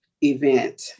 event